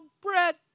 bread